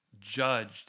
judged